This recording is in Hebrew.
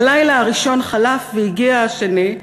הלילה הראשון חלף והגיע השני.